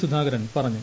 സുധാകരൻ പറഞ്ഞു